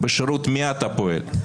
בשירות מי אתה פועל?